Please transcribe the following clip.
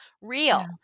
real